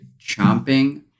chomping